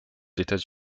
états